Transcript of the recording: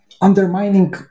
undermining